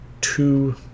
two